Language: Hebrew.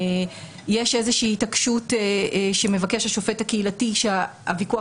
יש איזושהי התעקשות שמבקש השופט הקהילתי שהוויכוח